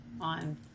on